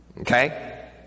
Okay